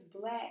black